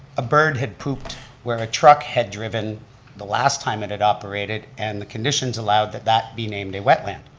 a bird had pooped where a truck had driven the last time it had operated, and the conditions allowed that that be named a wetland.